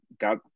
got